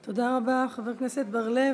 תודה רבה, חבר הכנסת בר-לב.